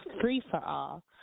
free-for-all